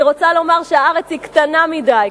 אני רוצה לומר שהארץ היא קטנה מדי,